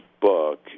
book